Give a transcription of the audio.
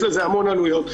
יש לזה המון עלויות,